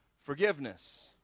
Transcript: forgiveness